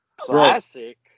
Classic